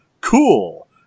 cool